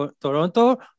Toronto